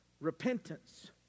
Repentance